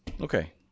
Okay